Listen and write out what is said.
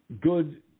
good